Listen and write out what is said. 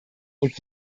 und